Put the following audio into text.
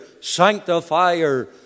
sanctifier